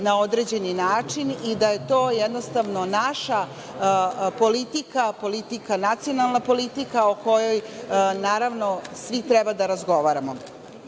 na određeni način i da je to jednostavno naša politika, nacionalna politika o kojoj svi treba da razgovaramo. Ono